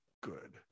good